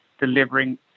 delivering